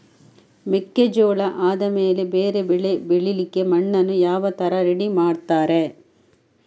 ಮೆಕ್ಕೆಜೋಳ ಆದಮೇಲೆ ಬೇರೆ ಬೆಳೆ ಬೆಳಿಲಿಕ್ಕೆ ಮಣ್ಣನ್ನು ಯಾವ ತರ ರೆಡಿ ಮಾಡ್ತಾರೆ?